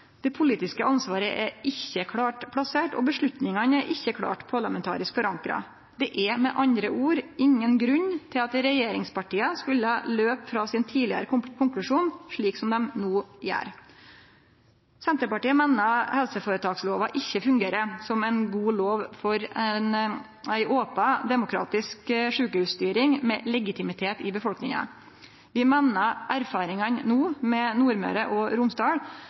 Det politiske ansvaret er ikkje klart plassert, og avgjerdene er ikkje klart parlamentarisk forankra. Det er med andre ord ingen grunn til at regjeringspartia skulle laupe frå den tidlegare konklusjonen sin, slik dei no gjer. Senterpartiet meiner helseføretakslova ikkje fungerer som ei god lov for ei open, demokratisk sjukehusstyring med legitimitet i befolkninga. Vi meiner erfaringane med Nordmøre og Romsdal